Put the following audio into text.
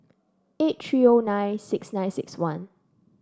eight three O nine six nine six one